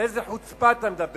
על איזה חוצפה אתה מדבר?